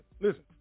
listen